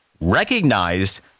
recognized